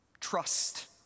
trust